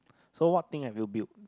so what thing have you built